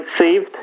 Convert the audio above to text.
saved